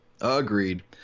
agreed